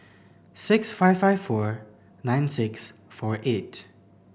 six five five four nine six four eight